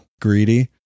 greedy